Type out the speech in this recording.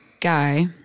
Guy